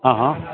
હં હં